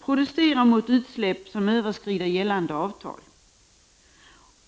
protestera mot utsläpp som överskrider gällande avtal.